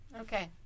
Okay